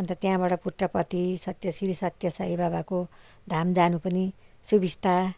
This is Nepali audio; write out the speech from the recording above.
अन्त त्यहाँबाट पुट्टावर्ति श्री सत्य साई बाबाको धाम जानु पनि सुबिस्ता